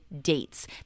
Dates